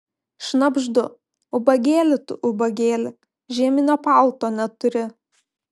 šnabždu ubagėli tu ubagėli žieminio palto neturi